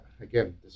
again